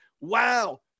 Wow